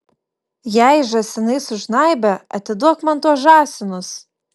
jei žąsinai sužnaibė atiduok man tuos žąsinus